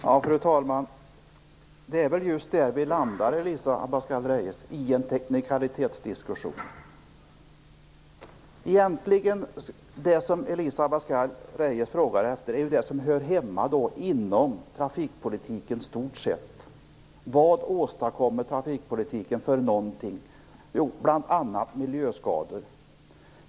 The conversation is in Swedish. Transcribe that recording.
Fru talman! Det är väl just där vi landar, Elisa Det Elisa Abascal Reyes egentligen frågar efter är det som hör hemma inom trafikpolitiken i stort sett. Vad åstadkommer trafikpolitiken för någonting? Jo, bl.a. miljöskador.